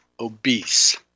obese